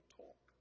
talk